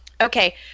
okay